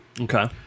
Okay